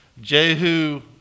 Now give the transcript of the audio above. Jehu